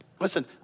listen